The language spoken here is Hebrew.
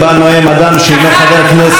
שבה נואם אדם שאינו חבר כנסת.